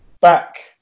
back